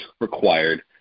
required